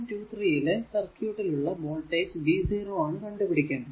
23 യിലെ സർക്യൂട്ടിൽ ഉള്ള വോൾടേജ് v0 ആണ് കണ്ടു പിടിക്കേണ്ടത്